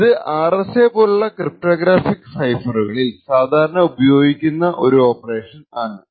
ഇത് RSA പോലുള്ള cryptographic സൈഫറുകളിൽ സാധാരണ ഉപയോഗിക്കുന്ന ഒരു ഓപ്പറേഷൻ ആണ്